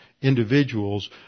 individuals